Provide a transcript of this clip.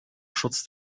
schutz